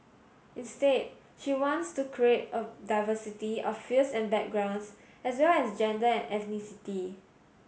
instead she wants to create a diversity of fields and backgrounds as well as gender and ethnicity